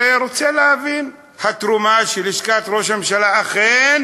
ואני רוצה להבין: ההודעה של לשכת ראש הממשלה אכן